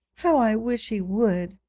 how i wish he would!